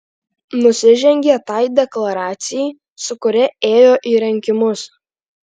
nusižengia tai deklaracijai su kuria ėjo į rinkimus